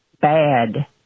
bad